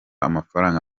amafaranga